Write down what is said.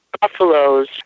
buffaloes